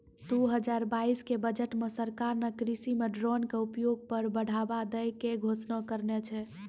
दू हजार बाइस के बजट मॅ सरकार नॅ कृषि मॅ ड्रोन के उपयोग पर बढ़ावा दै के घोषणा करनॅ छै